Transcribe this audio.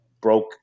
broke